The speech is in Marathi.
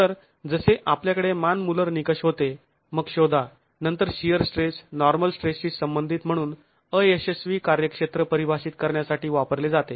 तर जसे आपल्याकडे मान मुल्लर निकष होते मग शोधा नंतर शिअर स्ट्रेस नॉर्मल स्ट्रेस शी संबंधित म्हणून अयशस्वी कार्यक्षेत्र परिभाषित करण्यासाठी वापरले जाते